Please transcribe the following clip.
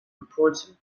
reports